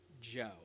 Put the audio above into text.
Joe